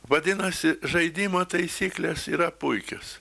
vadinasi žaidimo taisyklės yra puikios